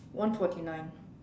one forty nine